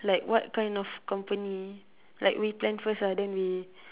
like what kind of company like we plan first lah then we